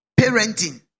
Parenting